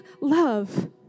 love